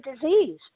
disease